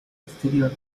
exterior